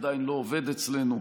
עדיין לא עובד אצלנו.